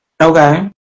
Okay